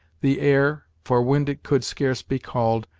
the air, for wind it could scarce be called,